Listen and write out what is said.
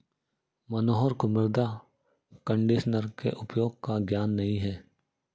मनोहर को मृदा कंडीशनर के उपयोग का ज्ञान नहीं है